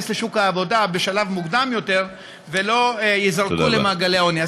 לשוק העבודה בשלב מוקדם יותר ולא ייזרקו למעגלי העוני.